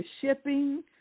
shipping